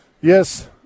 Yes